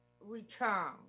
return